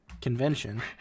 convention